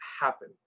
happen